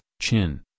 chin